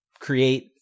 create